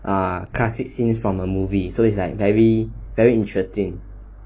err classic scenes from a movie so it's like very very interesting